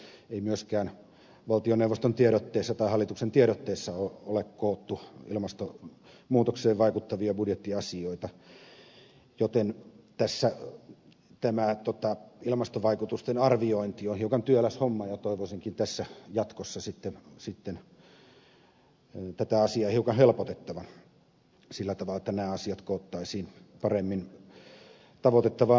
ei myöskään valtioneuvoston tiedotteessa tai hallituksen tiedotteessa ole koottu ilmastonmuutokseen vaikuttavia budjettiasioita joten tämä ilmastovaikutusten arviointi on hiukan työläs homma ja toivoisinkin tässä jatkossa sitten tätä asiaa hiukan helpotettavan sillä tavalla että nämä asiat koottaisiin paremmin tavoitettavaan muotoon